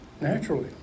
Naturally